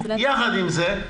יחד עם זה,